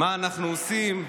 מה אנחנו עושים.